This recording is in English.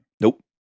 Nope